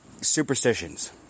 superstitions